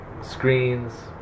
screens